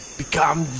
become